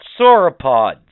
sauropods